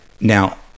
now